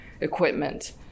equipment